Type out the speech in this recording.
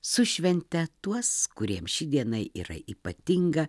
su švente tuos kuriem ši diena yra ypatinga